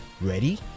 Ready